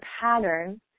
pattern